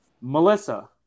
Melissa